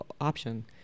option